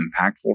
impactful